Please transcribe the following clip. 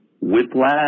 Whiplash